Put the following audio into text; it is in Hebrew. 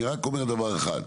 אני רק אומר דבר אחד,